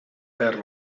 perd